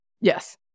yes